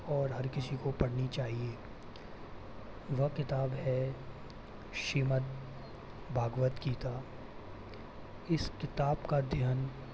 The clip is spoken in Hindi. और हर किसी को पढ़नी चाहिए वह किताब है श्रीमद्भगवत गीता इस किताब का अध्ययन